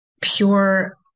pure